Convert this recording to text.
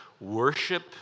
worship